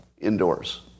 indoors